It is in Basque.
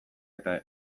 eta